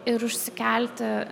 ir užsikelti